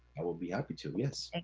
i will be happy to, yes.